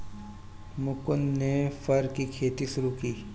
मुकुन्द ने फर की खेती शुरू की